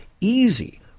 easy